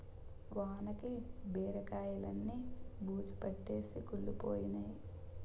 వానకి బీరకాయిలన్నీ బూజుపట్టేసి కుళ్లిపోయినై